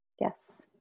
Yes